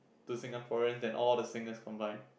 to Singaporeans than all the singers combined